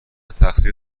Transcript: تقصیر